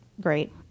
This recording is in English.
great